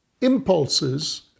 impulses